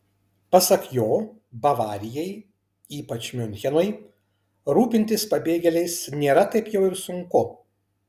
pasak jo bavarijai ypač miunchenui rūpintis pabėgėliais nėra taip jau ir sunku